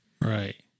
Right